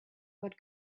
what